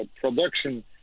production